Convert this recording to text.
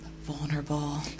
vulnerable